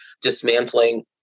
dismantling